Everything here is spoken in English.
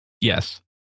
Yes